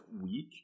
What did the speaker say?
week